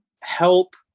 help